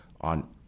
on